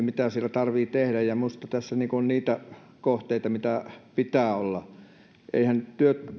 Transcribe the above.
mitä siellä tarvitsee tehdä ja minusta tässä on niitä kohteita mitä pitää olla